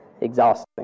exhausting